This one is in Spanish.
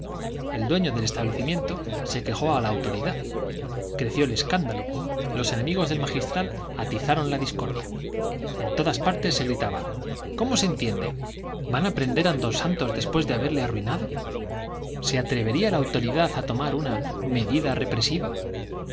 el dueño del establecimiento se quejó a la autoridad creció el escándalo los enemigos del magistral atizaron la discordia en todas partes se gritaba cómo se entiende van a prender a don santos después de haberle arruinado se atrevería la autoridad a tomar una medida represiva